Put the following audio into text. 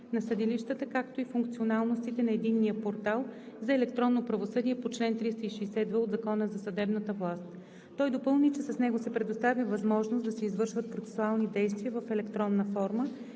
на съдилищата, както и функционалностите на Единния портал за електронно правосъдие по чл. 360в от Закона за съдебната власт. Той допълни, че с него се предоставя възможност да се извършват процесуални действия в електронна форма